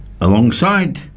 alongside